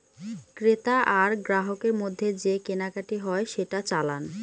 ক্রেতা আর গ্রাহকের মধ্যে যে কেনাকাটি হয় সেটা চালান